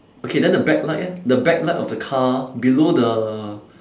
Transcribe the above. okay then the backlight eh the backlight of the car below the